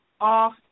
off